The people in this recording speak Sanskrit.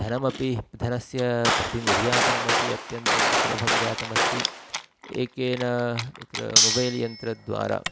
धनमपि धनस्य प्रतिनिर्यातनमपि अत्यन्तं सुलभं जातम् अस्ति एकेन तत्र मोबैल्यन्त्रद्वारा